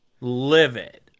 livid